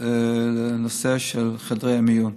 לנושא של חדרי המיון.